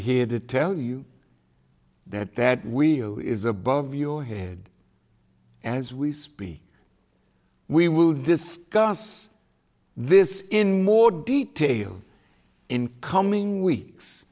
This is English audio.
here to tell you that that we is above your head as we speak we will discuss this in more detail in coming weeks